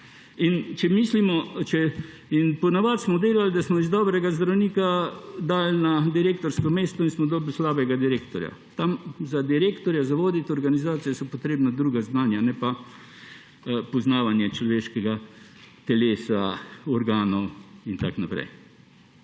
In ponavadi smo delali, da smo dobrega zdravnika dali na direktorsko mesto in smo dobili slabega direktorja. Za direktorja, za voditi organizacijo so potrebna druga znanja, ne pa poznavanje človeškega telesa, organov in tako naprej.